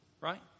right